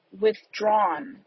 withdrawn